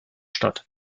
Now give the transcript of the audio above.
statt